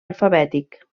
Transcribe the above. alfabètic